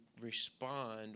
respond